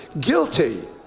Guilty